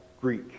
Greek